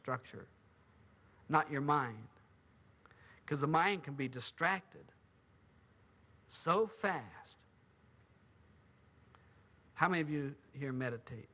structure not your mind because the mind can be distracted so fast how many of you here meditate